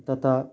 तथा